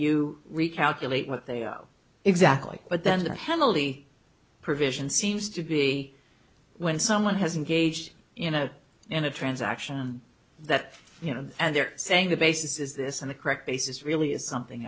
you recalculate what they owe exactly but then the heavily provision seems to be when someone has engaged you know in a transaction that you know of and they're saying the basis is this and the correct basis really is something